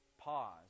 Pause